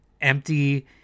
empty